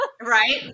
right